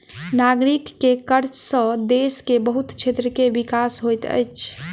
नागरिक के कर सॅ देश के बहुत क्षेत्र के विकास होइत अछि